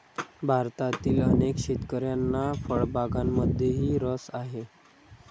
भारतातील अनेक शेतकऱ्यांना फळबागांमध्येही रस आहे